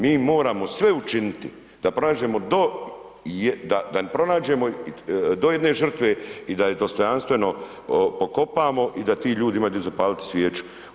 Mi moramo sve učiniti da pronađeno do, da pronađemo do jedne žrtve i da je dostojanstveno pokopamo i da ti ljudi imaju di zapaliti svijeću.